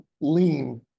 lean